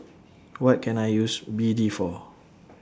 What Can I use B D For